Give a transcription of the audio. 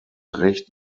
recht